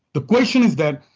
the question is that,